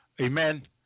Amen